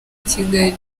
kigali